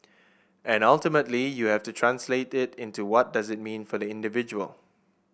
and ultimately you have to translate it into what does it mean for the individual